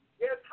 Yes